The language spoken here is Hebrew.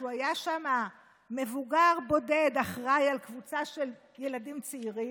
כשהוא היה שם מבוגר בודד שאחראי לקבוצה של ילדים צעירים,